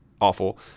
Awful